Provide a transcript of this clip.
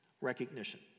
Recognition